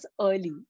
early